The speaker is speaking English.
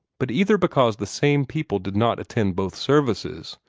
but either because the same people did not attend both services,